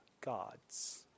gods